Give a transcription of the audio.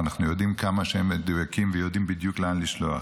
ואנחנו יודעים כמה שהם מדויקים ויודעים בדיוק לאן לשלוח.